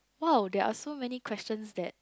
oh there are so many questions that